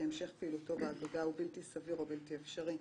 כי המשך פעילותו באגודה הוא בלתי סביר או בלתי אפשרי,